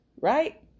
right